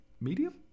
medium